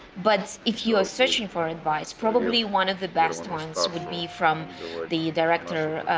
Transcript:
but if you're searching for advice, probably one of the best ones would be from the director.